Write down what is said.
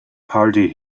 party